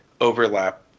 overlap